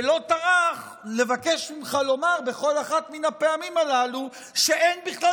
ולא טרח לבקש ממך לומר בכל אחת מן הפעמים הללו שאין בכלל